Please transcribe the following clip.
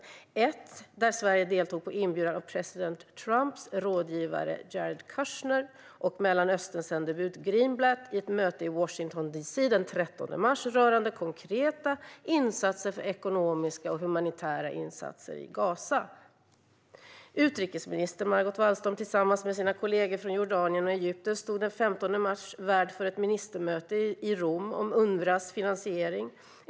Den 13 mars i Washington DC deltog Sverige på inbjudan av president Trumps rådgivare Jared Kushner och Mellanösternsändebudet Greenblatt i ett möte rörande konkreta åtgärder för ekonomiska och humanitära insatser i Gaza. Utrikesminister Margot Wallström stod tillsammans med sina kollegor från Jordanien och Egypten den 15 mars värd för ett ministermöte i Rom om Unrwas finansiering.